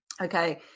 okay